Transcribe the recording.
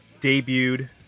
Debuted